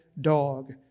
dog